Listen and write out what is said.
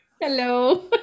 Hello